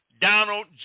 Donald